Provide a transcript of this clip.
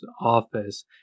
office